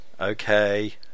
Okay